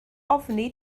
ofni